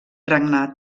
regnat